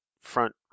front